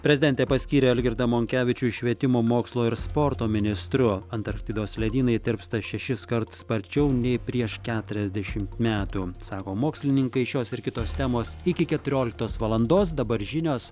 prezidentė paskyrė algirdą monkevičių švietimo mokslo ir sporto ministru antarktidos ledynai tirpsta šešiskart sparčiau nei prieš keturiasdešimt metų sako mokslininkai šios ir kitos temos iki keturioliktos valandos dabar žinios